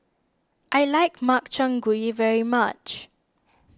I like Makchang Gui very much